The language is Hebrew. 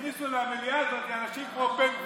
שהכניסו למליאה הזאת אנשים כמו בן גביר,